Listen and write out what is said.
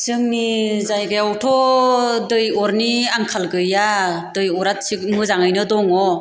जोंनि जायगायावथ' दै अरनि आंखाल गैया दै अरआ थिग मोजाङैनो दङ